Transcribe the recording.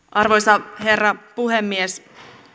arvoisa herra puhemies